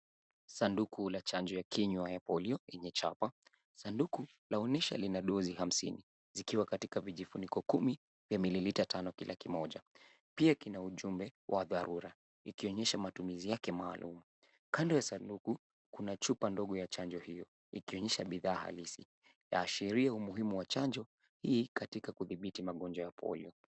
Sanduku la chanjo ya kinywa ya polio yenye chapa. Sanduku laonesha lina dozi hamsini zikiwa katika vijijiniko kumi vya miililita tano kila kimoja. Pia kina ujumbe wa dharura ikionyesha matumizi yake maalum. Kando ya sanduku kuna chupa ndogo ya chanjo hiyo ikionyesha bidhaa halisi. Yaashiria umuhimu wa chanjo hii katika kudhibiti magonjwa ya polio.